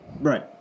Right